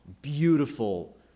beautiful